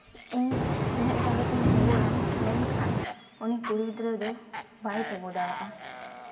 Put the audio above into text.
ᱤᱧ ᱤᱧᱟᱹᱜ ᱡᱟᱝᱜᱟ ᱛᱤᱧ ᱛᱤᱸᱜᱩᱱᱟ ᱢᱮᱱᱠᱷᱟᱱ ᱩᱱᱤ ᱠᱩᱲᱤ ᱜᱤᱫᱽᱨᱟᱹ ᱫᱚ ᱵᱟᱭ ᱛᱤᱸᱜᱩ ᱫᱟᱲᱮᱭᱟᱜᱼᱟ